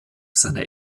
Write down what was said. seiner